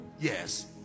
Yes